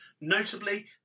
Notably